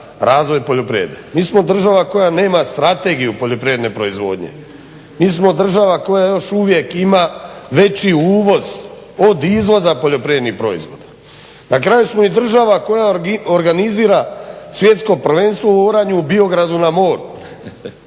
Mi smo država koja nema strategiju poljoprivredne proizvodnje. Mi smo država koja još uvijek ima veći uvoz od izvoza poljoprivrednih proizvoda. Na kraju smo i država koja organizira svjetsko prvenstvo u oranju u Biogradu na moru